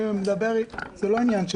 זה לא העניין.